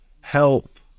help